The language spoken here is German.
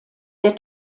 der